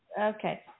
okay